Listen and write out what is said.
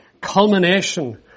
culmination